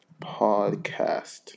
Podcast